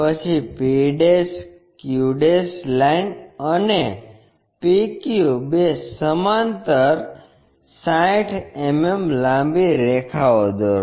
પછી pq line અને pq બે સમાંતર 60 mm લાંબી રેખાઓ દોરો